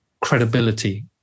credibility